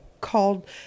called